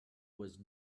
was